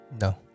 No